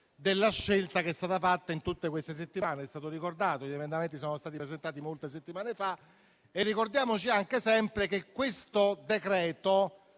della scelta che è stata fatta in tutte queste settimane. Come è stato ricordato, gli emendamenti sono stati presentati molte settimane fa e ricordiamo anche che questo decreto